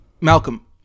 Malcolm